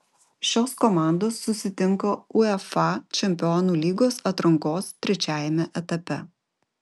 šios komandos susitinka uefa čempionų lygos atrankos trečiajame etape